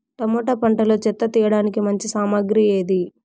Tomato పంటలో చెత్త తీయడానికి మంచి సామగ్రి ఏది?